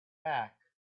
back